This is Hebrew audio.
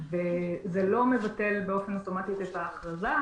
זה לא מבטל באופן אוטומטי את ההכרזה,